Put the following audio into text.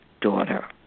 daughter